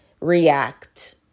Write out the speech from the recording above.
react